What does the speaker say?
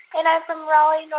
and i'm from raleigh,